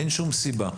אין שום סיבה.